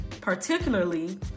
particularly